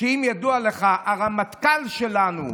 אם ידוע לך, הרמטכ"ל שלנו,